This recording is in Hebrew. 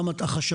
גם את החשבתי,